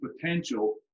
potential